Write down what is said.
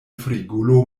frigulo